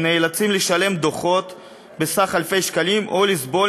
הם נאלצים לשלם דוחות בסך אלפי שקלים או לסבול